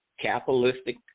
capitalistic